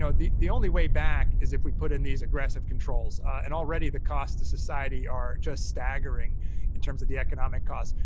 so the the only way back is if we put in these aggressive controls, and already the costs to society are just staggering in terms of the economic costs.